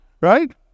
Right